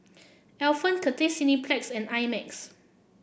Alpen Cathay Cineplex and I Max